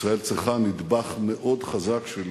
ישראל צריכה נדבך מאוד חזק של